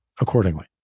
accordingly